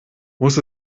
muss